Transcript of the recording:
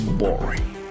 boring